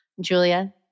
Julia